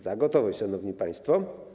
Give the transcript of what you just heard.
Za gotowość, szanowni państwo.